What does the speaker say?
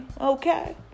okay